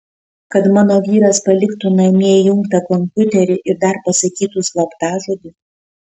kad mano vyras paliktų namie įjungtą kompiuterį ir dar pasakytų slaptažodį